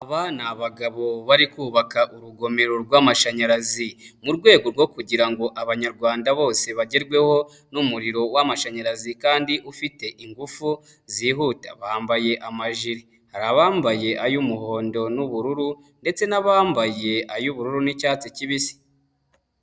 Aba ni abagabo bari kubaka urugomero rw'amashanyarazi, mu rwego rwo kugira abanyarwanda bose bagerweho n'umuriro wamashanyarazi kandi ufite ingufu zihuta bambaye amajiri, hari abambaye ay'umuhondo n'ubururu ndetse n'abambaye ay'ubururu n'icyatsi kibisi.